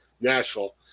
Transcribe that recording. Nashville